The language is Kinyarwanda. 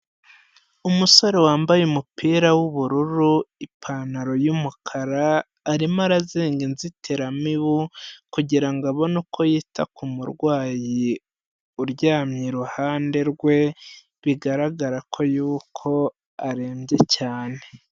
Umusore wambaye umupira w'ubururu, ipantaro y'umukara arimo arazinga inzitiramibu kugira ngo abone uko yita ku murwayi uryamye iruhande rwe, bigaragara ko yuko arembye cyane.